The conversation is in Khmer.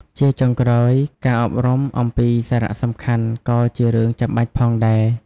ជាចុងក្រោយ ការអប់រំអំពីសារៈសំខាន់ ក៏ជារឿងចាំបាច់ផងដែរ។